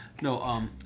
No